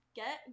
get